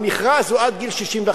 המכרז הוא עד גיל 65,